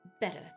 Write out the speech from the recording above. better